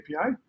API